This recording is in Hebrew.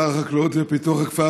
שר החקלאות ופיתוח הכפר,